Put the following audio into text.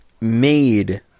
made